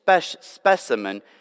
specimen